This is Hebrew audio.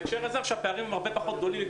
בהקשר הזה הפערים עכשיו הם הרבה יותר קטנים.